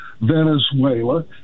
Venezuela